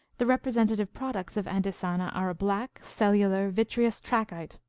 the representative products of antisana are a black, cellular, vitreous trachyte,